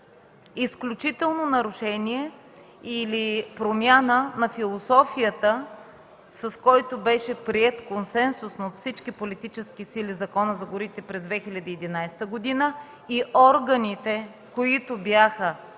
изключително нарушение или промяна на философията, с която беше приет консенсусно от всички политически сили Законът за горите през 2011 г. и органите, които бяха